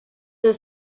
the